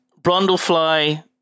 Brundlefly